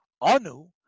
Anu